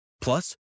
Plus